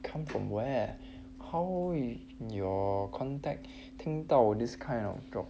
come from where how your contact 听到 this kind of job